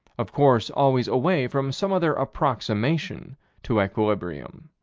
of course always away from some other approximation to equilibrium.